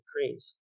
cranes